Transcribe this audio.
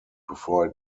before